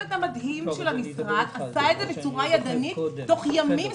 הצוות המדהים של המשרד עשה את זה בצורה ידנית תוך ימים ספורים.